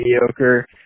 mediocre